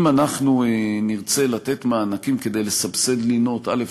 אם אנחנו נרצה לתת מענקים כדי לסבסד לינות, א.